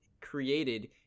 created